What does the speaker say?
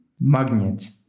magnet